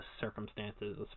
circumstances